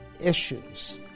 issues